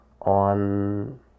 on